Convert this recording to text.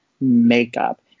makeup